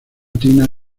tina